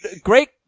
Great